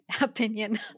opinion